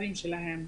בכפרים שלהם.